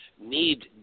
need